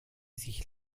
sich